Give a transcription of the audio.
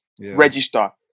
register